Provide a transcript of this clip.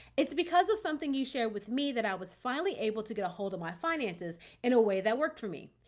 it's because of something you share with me that i was finally able to get ahold of my finances in a way that worked for me.